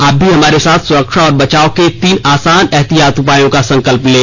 आप भी हमारे साथ सुरक्षा और बचाव के तीन आसान एहतियाती उपायों का संकल्प लें